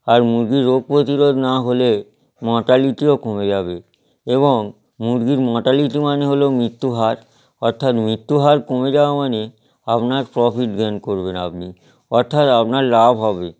আর মুরগির রোগ প্রতিরোধ না হলে মর্টালিটিও কমে যাবে এবং মুরগির মর্টালিটি মানে হল মৃত্যু হার অর্থাৎ মৃত্যু হার কমে যাওয়া মানে আপনার প্রফিট গেন করবেন আপনি অর্থাৎ আপনার লাভ হবে